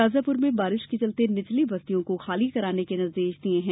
शाजापुर में बारिश के चलते निचली बस्तियों को खाली कराने के निर्देश दिये हैं